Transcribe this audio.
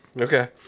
okay